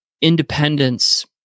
independence